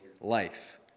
life